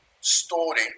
story